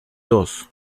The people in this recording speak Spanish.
dos